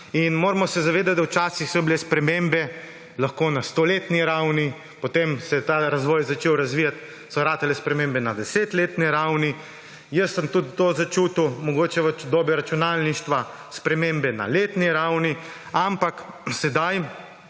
in moramo se zavedati, da so bile včasih spremembe lahko na stoletni ravni, potem se je ta razvoj začel razvijati, so postale spremembe na 10-letni ravni. Jaz sem tudi to začutil mogoče v dobi računalništva, spremembe na letni ravni, ampak sedaj